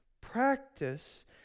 practice